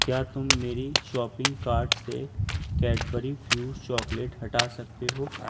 کیا تم میری شاپنگ کارٹ سے کیڈبری فیوز چاکلیٹ ہٹا سکتے ہو